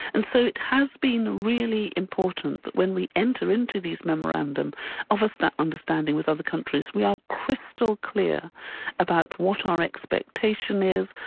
and so it has been really important that when we enter into these memorandum of so understanding with other countries, we are crystal clear about what our expectation is,